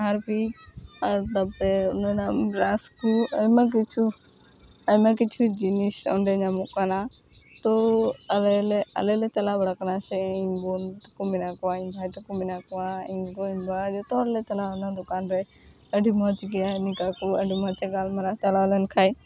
ᱦᱟᱨᱯᱤᱠ ᱟᱨ ᱛᱟᱯᱚᱨᱮ ᱚᱱᱟ ᱨᱮᱱᱟᱜ ᱵᱨᱟᱥ ᱠᱚ ᱟᱭᱢᱟ ᱠᱤᱪᱷᱩ ᱟᱭᱢᱟ ᱠᱤᱪᱦᱩ ᱡᱤᱱᱤᱥ ᱧᱟᱢᱚᱜ ᱠᱟᱱᱟ ᱛᱚ ᱟᱞᱮ ᱟᱞᱮᱞᱮ ᱪᱟᱞᱟᱣ ᱵᱟᱲᱟ ᱟᱠᱟᱱᱟ ᱥᱮ ᱤᱧ ᱵᱳᱱ ᱛᱟᱠᱚ ᱢᱮᱱᱟᱜ ᱠᱚᱣᱟ ᱤᱧ ᱵᱷᱟᱭ ᱛᱟᱠᱚ ᱢᱮᱱᱟᱜ ᱠᱚᱣᱟ ᱤᱧ ᱜᱚᱜᱚ ᱤᱧ ᱵᱟᱵᱟ ᱡᱚᱛᱚ ᱦᱚᱲ ᱞᱮ ᱪᱟᱞᱟᱣ ᱞᱮᱱᱟ ᱫᱚᱠᱟᱱ ᱨᱮ ᱟᱹᱰᱤ ᱢᱚᱡᱽ ᱜᱮᱭᱟᱭ ᱩᱱᱤ ᱠᱟᱠᱩ ᱟᱹᱰᱤ ᱢᱚᱡᱽ ᱮ ᱜᱟᱞᱢᱟᱨᱟᱣ ᱟ ᱪᱟᱞᱟᱣ ᱞᱮᱱ ᱠᱷᱟᱡ